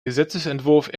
gesetzesentwurf